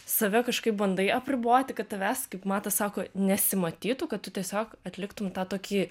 save kažkaip bandai apriboti kad tavęs kaip matas sako nesimatytų kad tu tiesiog atliktum tą tokį